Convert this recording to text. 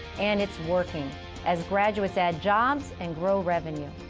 and it's working as graduates add jobs and grow revenue.